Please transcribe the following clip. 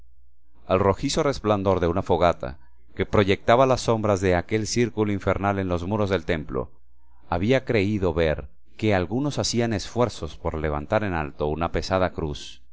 al rojizo resplandor de una fogata que proyectaba las sombras de aquel círculo infernal en los muros del templo había creído ver que algunos hacían esfuerzos por levantar en alto una pesada cruz